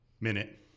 minute